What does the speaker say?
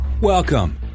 Welcome